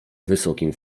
wysokim